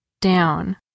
down